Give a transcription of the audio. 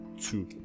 two